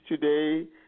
today